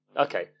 Okay